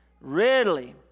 readily